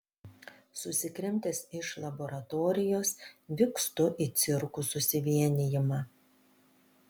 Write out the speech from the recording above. susikrimtęs iš laboratorijos vykstu į cirkų susivienijimą